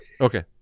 okay